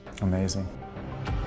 Amazing